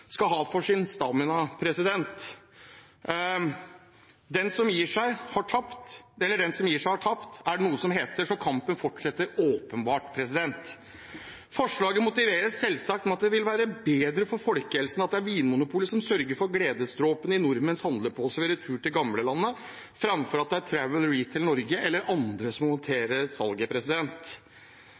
skal ha for sin stamina. Den som gir seg, har tapt, er det noe som heter, så kampen fortsetter åpenbart. Forslaget er selvsagt motivert med at det vil være bedre for folkehelsen at det er Vinmonopolet som sørger for gledesdråpene i nordmenns handleposer ved retur til gamlelandet, enn at det er Travel Retail Norway eller andre som håndterer salget.